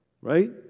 right